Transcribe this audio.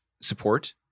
support